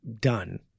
done